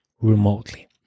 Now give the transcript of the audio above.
remotely